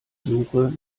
suche